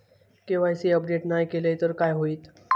KYC update नाय केलय तर काय होईत?